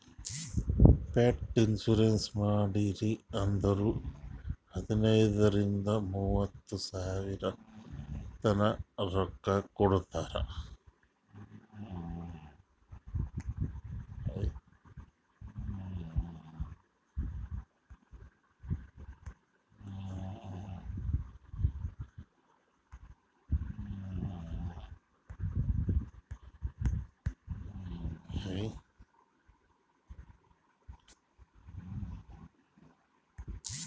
pet insurance ಮಾಡ್ರಿ ಅಂದುರ್ ಹದನೈದ್ ರಿಂದ ಮೂವತ್ತ ಸಾವಿರತನಾ ರೊಕ್ಕಾ ಕೊಡ್ತಾರ್